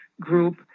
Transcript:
group